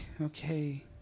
okay